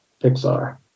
Pixar